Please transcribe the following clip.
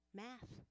math